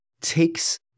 takes